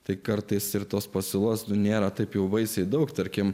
tai kartais ir tos pasiūlos nėra taip jau baisiai daug tarkim